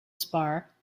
spar